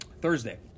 Thursday